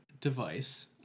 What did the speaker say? device